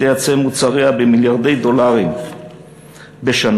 לייצא מוצריה במיליארדי דולרים בשנה.